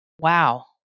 Wow